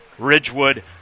Ridgewood